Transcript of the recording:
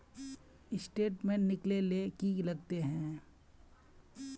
Statement निकले ले की लगते है?